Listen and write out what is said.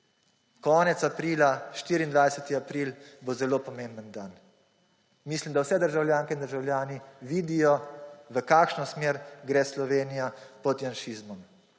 konec aprila, 24. aprila bo zelo pomemben dan. Mislim, da vse državljanke in državljani vidijo, v kakšno smer gre Slovenija pod janšizmom.